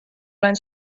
olen